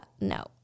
no